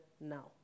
now